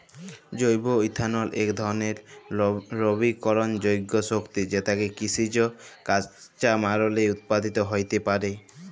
জৈব ইথালল ইক ধরলের লবিকরলযোগ্য শক্তি যেটকে কিসিজ কাঁচামাললে উৎপাদিত হ্যইতে পারে